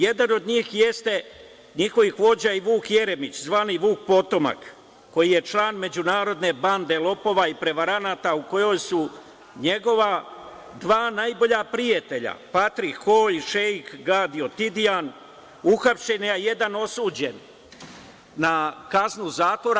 Jedan od njihovih vođa jeste i Vuk Jeremić, zvani Vuk potomak, koji je član međunarodne bande lopova i prevaranata u kojoj su njegova dva najbolja prijatelja, Patrik Ho i šeik Gadio Tidijan, uhapšen, a jedan osuđen na kaznu zatvora.